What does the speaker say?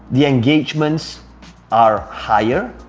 the engagements are higher,